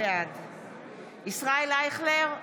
בעד ישראל אייכלר,